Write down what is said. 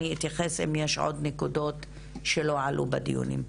אני אתייחס אם יש עוד נקודות שלא עלו בדיונים.